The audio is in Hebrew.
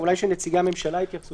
אולי שנציגי הממשלה יתייחסו לזה.